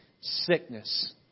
sickness